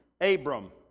Abram